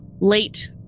late